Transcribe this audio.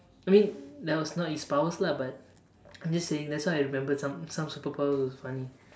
I mean that was not his powers so lah but I'm just saying that's why I remember some some superheroes that was funny